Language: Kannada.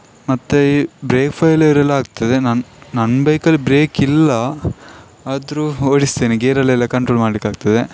ಮತ್ತೆ ಈ ಬ್ರೇಕ್ ಫೈಲ್ಯುರೆಲ್ಲ ಆಗ್ತದೆ ನನ್ನ ನನ್ನ ಬೈಕಲ್ಲಿ ಬ್ರೇಕ್ ಇಲ್ಲ ಆದರೂ ಓಡಿಸ್ತೇನೆ ಗೇರಲ್ಲೆಲ್ಲ ಕಂಟ್ರೋಲ್ ಮಾಡಲಿಕ್ಕಾಗ್ತದೆ